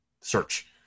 search